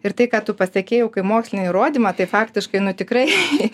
ir tai ką tu pasakei jau kaip mokslinį įrodymą tai faktiškai nu tikrai